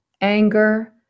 anger